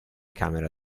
camera